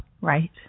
Right